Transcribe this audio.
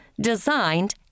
designed